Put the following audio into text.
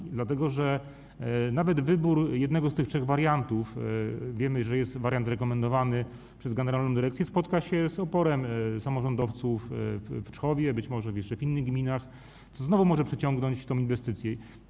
Pytam dlatego, że nawet wybór jednego z tych trzech wariantów - wiemy, że jest wariant rekomendowany przez generalną dyrekcję - spotka się z oporem samorządowców w Czchowie, być może jeszcze w innych gminach, co znowu może przeciągnąć tę inwestycję.